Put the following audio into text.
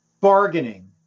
Bargaining